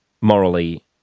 morally